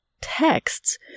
texts